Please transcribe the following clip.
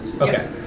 Okay